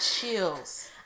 chills